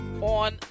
On